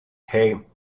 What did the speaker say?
hey